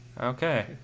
Okay